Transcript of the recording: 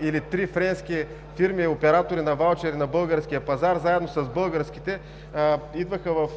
две-три френски фирми, оператори на ваучери на българския пазар, заедно с българските идваха в